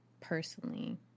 personally